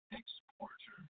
exporter